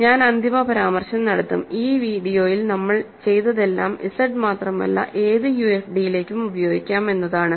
ഞാൻ അന്തിമ പരാമർശം നടത്തും ഈ വീഡിയോയിൽ നമ്മൾ ചെയ്തതെല്ലാം ഇസഡ് മാത്രമല്ല ഏത് യുഎഫ്ഡിയിലേക്കും ഉപയോഗിക്കാം എന്നതാണ്